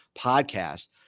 podcast